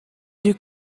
you